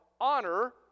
honor